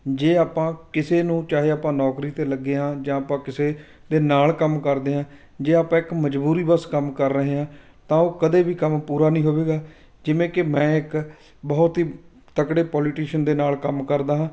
ਜੇ ਆਪਾਂ ਕਿਸੇ ਨੂੰ ਚਾਹੇ ਆਪਾਂ ਨੌਕਰੀ 'ਤੇ ਲੱਗੇ ਹਾਂ ਜਾਂ ਆਪਾਂ ਕਿਸੇ ਦੇ ਨਾਲ ਕੰਮ ਕਰਦੇ ਹਾਂ ਜੇ ਆਪਾਂ ਇੱਕ ਮਜਬੂਰੀ ਬਸ ਕੰਮ ਕਰ ਰਹੇ ਹਾਂ ਤਾਂ ਉਹ ਕਦੇ ਵੀ ਕੰਮ ਪੂਰਾ ਨਹੀਂ ਹੋਵੇਗਾ ਜਿਵੇਂ ਕਿ ਮੈਂ ਇੱਕ ਬਹੁਤ ਹੀ ਤਕੜੇ ਪੋਲੀਟੀਸ਼ੀਅਨ ਦੇ ਨਾਲ ਕੰਮ ਕਰਦਾ ਹਾਂ